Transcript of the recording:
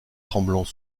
tremblant